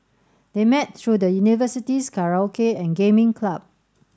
they met through the university's karaoke and gaming club